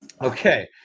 Okay